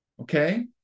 Okay